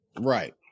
right